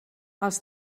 els